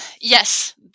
yes